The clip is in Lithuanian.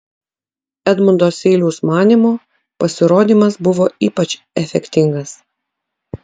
edmundo seiliaus manymu pasirodymas buvo ypač efektingas